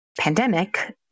pandemic